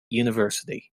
university